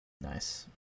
Nice